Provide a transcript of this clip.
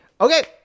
Okay